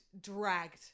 dragged